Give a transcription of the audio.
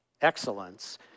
excellence